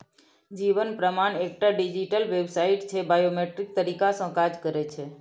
जीबन प्रमाण एकटा digital website छै बायोमेट्रिक तरीका सँ काज करय छै